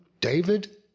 David